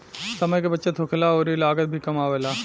समय के बचत होखेला अउरी लागत भी कम आवेला